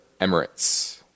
Emirates